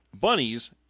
bunnies